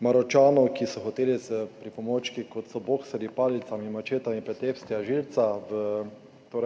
Maročanov, ki so hoteli s pripomočki, kot so bokserji, palice, mačete, pretepsti Alžirca v